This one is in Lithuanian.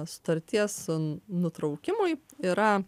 sutarties nutraukimui yra